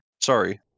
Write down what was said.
Sorry